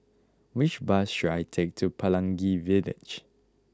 which bus should I take to Pelangi Village